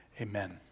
Amen